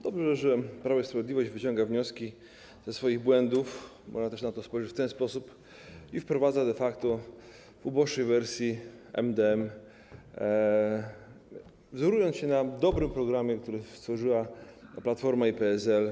Dobrze, że Prawo i Sprawiedliwość wyciąga wnioski ze swoich błędów, można też na to spojrzeć w ten sposób, i wprowadza de facto, w uboższej wersji, MdM, wzorując się na dobrym programie, który stworzyły Platforma i PSL.